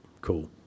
cool